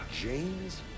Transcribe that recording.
james